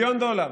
מיליון דולר,